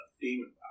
demon